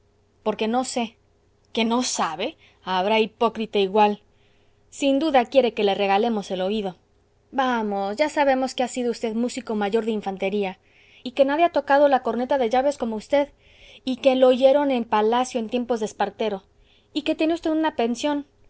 porque no sé que no sabe habrá hipócrita igual sin duda quiere que le regalemos el oído vamos ya sabemos que ha sido v músico mayor de infantería y que nadie ha tocado la corneta de llaves como v y que lo oyeron en palacio en tiempos de espartero y que tiene v una pensión